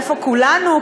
איפה כולנו,